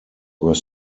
were